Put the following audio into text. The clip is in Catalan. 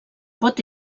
pot